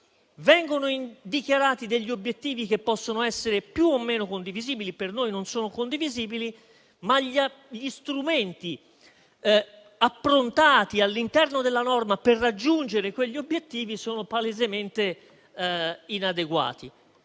Vengono dichiarati degli obiettivi, che possono essere più o meno condivisibili - e per noi non lo sono - ma gli strumenti approntati all'interno della norma per raggiungere quegli obiettivi sono palesemente inadeguati.